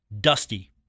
Dusty